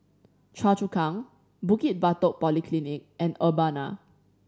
Choa Chu Kang Bukit Batok Polyclinic and Urbana